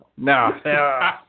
No